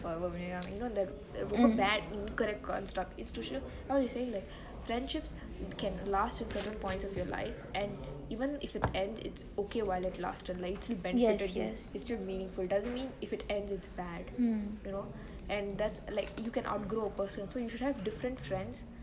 forever you know the ரொம்ப:rombe bad incorrect institution once you say friendships can last at certain points in your life and even if it ends it's okay while it lasted it still benefited you it's still meaningful just because it ended doesn't mean it's bad